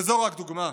וזו רק דוגמה.